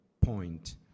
point